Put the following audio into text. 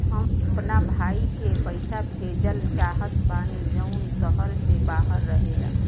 हम अपना भाई के पइसा भेजल चाहत बानी जउन शहर से बाहर रहेला